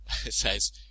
says